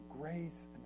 grace